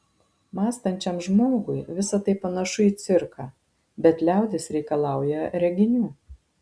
mąstančiam žmogui visa tai panašu į cirką bet liaudis reikalauja reginių